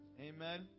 amen